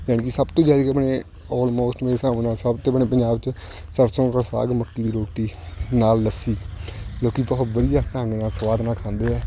ਜਾਣੀ ਕਿ ਸਭ ਤੋਂ ਜ਼ਿਆਦੀ ਆਪਣੇ ਆਲਮੋਸਟ ਮੇਰੇ ਹਿਸਾਬ ਨਾਲ ਸਭ ਤੋਂ ਆਪਣੇ ਪੰਜਾਬ 'ਚ ਸਰਸੋਂ ਕਾ ਸਾਗ ਮੱਕੀ ਦੀ ਰੋਟੀ ਨਾਲ ਲੱਸੀ ਲੋਕ ਬਹੁਤ ਵਧੀਆ ਢੰਗ ਨਾਲ ਸਵਾਦ ਨਾਲ ਖਾਂਦੇ ਹੈ